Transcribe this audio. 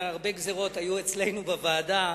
ולכן הרבה גזירות היו אצלנו בוועדה.